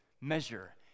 measure